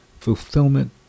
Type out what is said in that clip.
Fulfillment